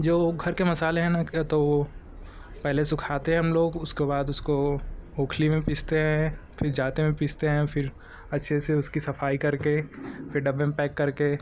जो घर के मसाले हैं न क्या तो पहले सुखाते हम लोग उसके बाद उसको ओखली में पीसते हैं फिर जाते में पीसते हैं फिर अच्छे से उसकी सफाई करके फिर डब्बे में पैक करके